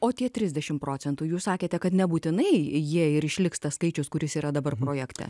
o tie trisdešim procentų jūs sakėte kad nebūtinai jie ir išliks tas skaičius kuris yra dabar projekte